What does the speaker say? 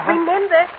Remember